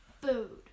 food